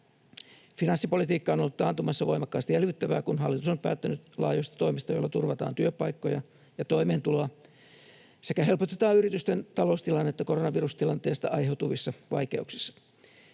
Finanssipolitiikka on ollut taantumassa voimakkaasti elvyttävää, kun hallitus on päättänyt laajoista toimista, joilla turvataan työpaikkoja ja toimeentuloa sekä helpotetaan yritysten taloustilannetta koronavirustilanteesta aiheutuvissa vaikeuksissa.